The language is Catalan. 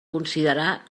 considerar